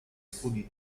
studi